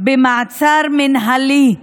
במעצר מינהלי.